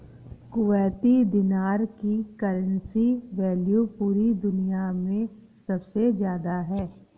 Kuwaiti दीनार की currency value पूरी दुनिया मे सबसे ज्यादा है